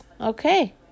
Okay